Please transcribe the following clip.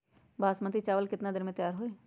बासमती चावल केतना दिन में तयार होई?